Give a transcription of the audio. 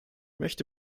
möchte